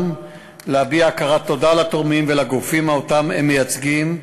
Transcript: להביע הוקרה ותודה לתורמים ולגופים שהם מייצגים,